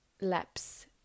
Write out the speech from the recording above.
laps